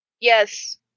Yes